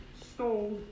stole